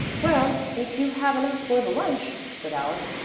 well, if you have enough for the lunch, said alice,